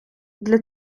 для